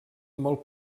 molt